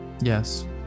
yes